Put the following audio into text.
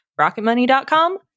Rocketmoney.com